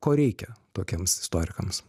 ko reikia tokiems istorikams